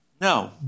No